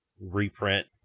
reprint